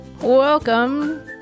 Welcome